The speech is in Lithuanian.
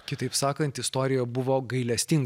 kitaip sakant istorijoja buvo gailestinga